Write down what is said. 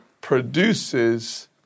produces